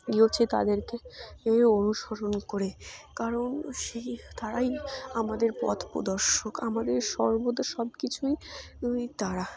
গিয়ে হচ্ছে তাদেরকে এ অনুসরণ করে কারণ সেই তারাই আমাদের পথ প্রদর্শক আমাদের সর্বদা সব কিছুই উই তারা